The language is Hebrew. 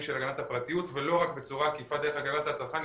של הגנת הפרטיות ולא רק בצורה עקיפה דרך הגנת הצרכן.